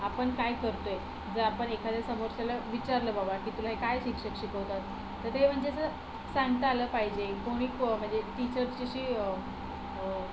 आपण काय करतो आहे जर आपण एखाद्या समोरच्याला विचारलं बाबा की तुला हे काय शिक्षक शिकवतात तर ते म्हणजे असं सांगता आलं पाहिजे कोणी एक म्हणजे टिचरची अशी